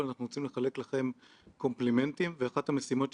קודם כול אני מבקש לתת לך קומפלימנטים.